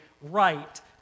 right